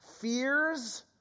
fears